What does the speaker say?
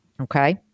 Okay